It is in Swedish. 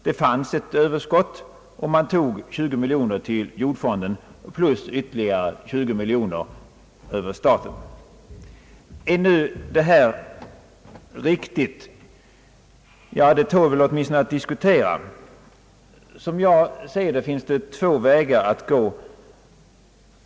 Det fanns ett överskott, och därav tog man 20 miljoner till jordfonden plus ytterligare 20 miljoner över staten. Är nu detta riktigt? Det tål väl åtmin stone att diskutera. Som jag ser det finns det två vägar att gå.